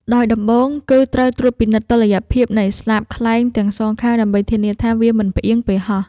ដោយដំបូងគឺត្រូវត្រួតពិនិត្យតុល្យភាពនៃស្លាបខ្លែងទាំងសងខាង ដើម្បីធានាថាវាមិនផ្អៀងពេលហោះ។